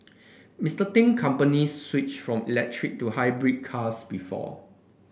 Mister Ting company switched from electric to hybrid cars before